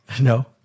no